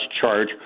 charge